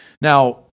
Now